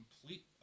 complete